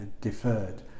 deferred